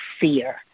fear